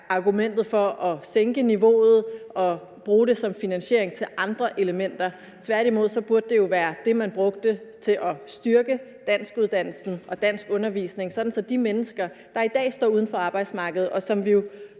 argument for at sænke niveauet og bruge det som finansiering til andre elementer. Tværtimod burde det jo være det, man brugte til at styrke danskuddannelsen og danskundervisningen, sådan at de mennesker, der i dag står uden for arbejdsmarkedet, og som vi